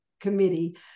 committee